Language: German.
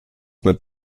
mit